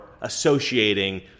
associating